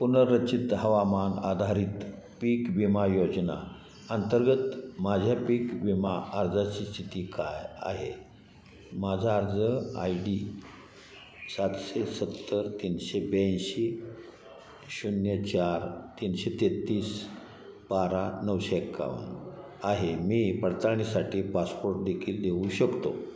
पुनर्रचित हवामान आधारित पीक विमा योजना अंतर्गत माझ्या पीक विमा अर्जाची स्थिती काय आहे माझा अर्ज आय डी सातशे सत्तर तीनशे ब्याऐंशी शून्य चार तीनशे तेहतीस बारा नऊशे एकावन्न आहे मी पडताळणीसाठी पासपोर्टदेखील देऊ शकतो